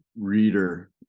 reader